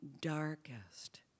darkest